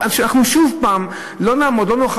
אנחנו שוב לא נוכל,